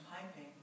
piping